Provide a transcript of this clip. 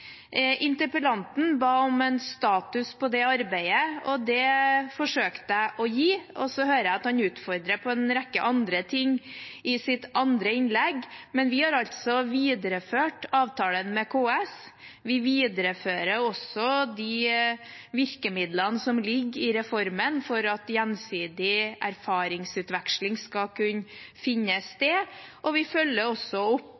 Interpellanten ba om status på det arbeidet, og det forsøkte jeg å gi. Jeg hører at han utfordret på en rekke annet i sitt andre innlegg, men vi har altså videreført avtalen med KS. Vi viderefører også de virkemidlene som ligger i reformen for at gjensidig erfaringsutveksling skal kunne finne sted, og vi følger opp